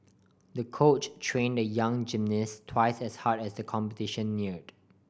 the coach train the young gymnast twice as hard as the competition neared